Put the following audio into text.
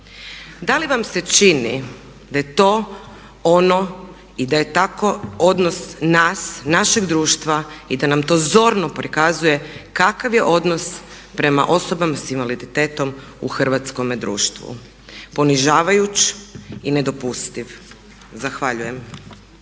Da li vam se čini da je to ono i da je tako odnos nas, našeg društva i da nam to zorno prikazuje kakav je odnos prema osobama s invaliditetom u hrvatskome društvu, ponižavajući i nedopustiv. Zahvaljujem.